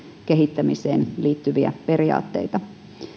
kehittämiseen liittyviä periaatteita